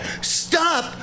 Stop